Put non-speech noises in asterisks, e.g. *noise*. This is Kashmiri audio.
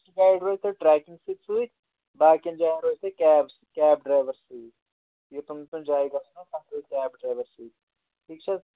ٹوٗرِسٹ گایڈ روزِ تۄہہِ ٹرٛیکِنٛگ تہِ سۭتۍ باقٕیَن جاین روزِ تۄہہِ کیب کیب ڈرٛایوَر سۭتۍ یوٚتَن یوٚتَن جایَن گژھو *unintelligible* تَتھ روزِ کیب ڈرٛایوَر سۭتۍ ٹھیٖک چھِ حظ